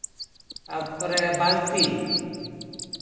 ᱛᱟᱯᱚᱨᱮ ᱵᱟᱞᱛᱤ